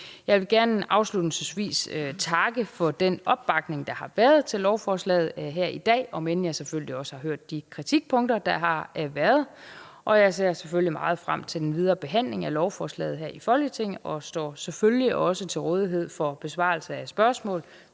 Jeg vil gerne afslutningsvis takke for den opbakning, der har været til lovforslaget her i dag, om end jeg selvfølgelig også har hørt de kritikpunkter, der har været. Jeg ser selvfølgelig meget frem til den videre behandling af lovforslaget her i Folketinget og står selvfølgelig også til rådighed for besvarelse af spørgsmål,